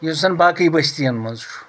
یُس زَن باقٕے بٔستِین منٛز چھُ